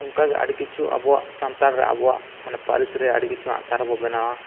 ᱚᱱᱠᱟ ᱜᱮ ᱟᱹᱰᱤ ᱠᱤᱪᱷᱩ ᱟᱵᱚᱣᱟᱜ ᱥᱟᱱᱛᱟᱲ ᱨᱮ ᱟᱵᱚᱣᱟᱜ ᱢᱟᱱᱮ ᱯᱟᱹᱨᱤᱥ ᱨᱮ ᱟᱹᱰᱤ ᱠᱤᱪᱷᱩ ᱦᱟᱸᱜ ᱥᱟᱨ ᱵᱚ ᱵᱮᱱᱟᱣᱟ